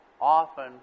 often